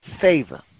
favor